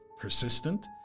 persistent